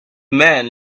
man